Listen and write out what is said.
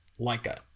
Leica